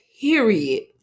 period